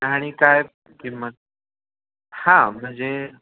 आणि काय किंमत हा म्हणजे